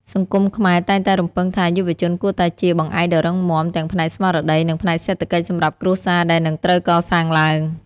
សង្គមខ្មែរតែងតែរំពឹងថា យុវជនគួរតែជា "បង្អែកដ៏រឹងមាំ" ទាំងផ្នែកស្មារតី និងផ្នែកសេដ្ឋកិច្ចសម្រាប់គ្រួសារដែលនឹងត្រូវកសាងឡើង។